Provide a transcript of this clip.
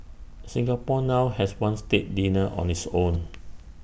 Singapore now has one state dinner on its own